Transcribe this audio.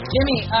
Jimmy